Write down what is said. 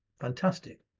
fantastic